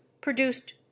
produced